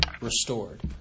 restored